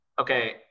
okay